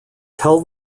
tell